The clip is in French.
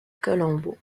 colombo